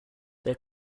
their